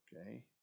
okay